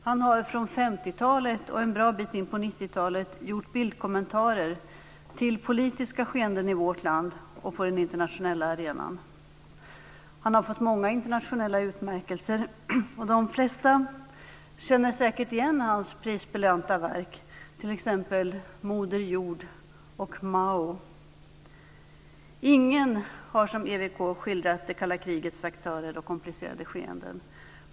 Han har från 50-talet och en bra bit in på 90-talet gjort bildkommentarer till politiska skeenden i vårt land och på den internationella arenan. Han har fått många internationella utmärkelser, och de flesta känner säkert igen hans prisbelönta verk, t.ex. "Moder Jord" och "Mao". Ingen har som EWK skildrat det kalla krigets aktörer och komplicerade skeenden.